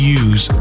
use